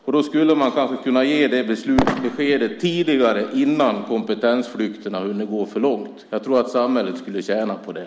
Och då skulle man kanske kunna ge det beskedet tidigare, innan kompetensflykten har hunnit gå för långt. Jag tror att samhället skulle tjäna på det.